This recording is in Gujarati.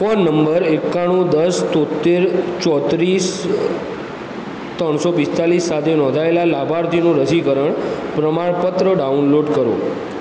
ફોન નંબર એકાણું દસ તોતેર ચોત્રીસ ત્રણસો પિસ્તાલીસ સાથે નોંધાયેલા લાભાર્થીનું રસીકરણ પ્રમાણપત્ર ડાઉનલોડ કરો